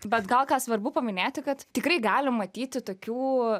bet gal ką svarbu paminėti kad tikrai galim matyti tokių